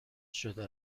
شده